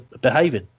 behaving